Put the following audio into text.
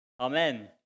Amen